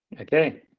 okay